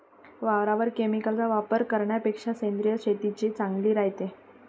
वावरात केमिकलचा वापर करन्यापेक्षा सेंद्रिय शेतीच चांगली रायते